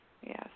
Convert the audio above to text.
Yes